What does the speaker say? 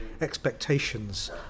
expectations